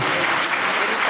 זהו.